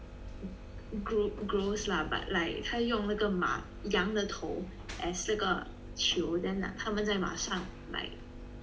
gro~ gross lah but like 他用那个马羊的头 as 那个球 then 他们在马上 like